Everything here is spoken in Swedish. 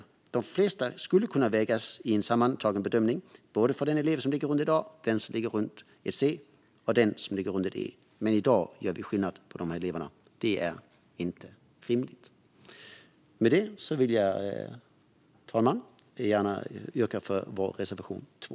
I de flesta fall skulle man kunna göra en sammantagen bedömning - det gäller då den elev som ligger runt ett A, den som ligger runt ett C och den som ligger runt ett E. Men i dag gör vi skillnad på de eleverna. Det är inte rimligt. Med det vill jag, fru talman, gärna yrka bifall till vår reservation 2.